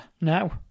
No